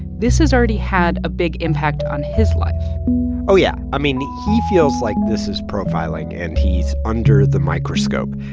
this has already had a big impact on his life oh, yeah. i mean, he feels like this is profiling and he's under the microscope.